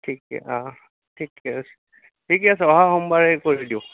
ঠিকে অঁ ঠিকে আছে ঠিকে আছে অহা সোমবাৰে কৰি দিওঁ